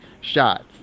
shots